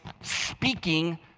speaking